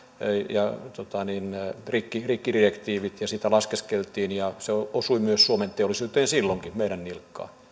ja rikkidirektiivit sitä laskeskeltiin ja se osui myös suomen teollisuuteen silloinkin meidän nilkkaamme